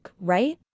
Right